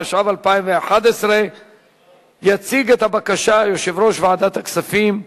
התשע"א 2011. יציג את הבקשה יושב-ראש ועדת הכספים,